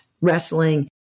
wrestling